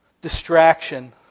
Distraction